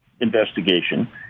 investigation